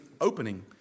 opening